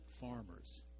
farmers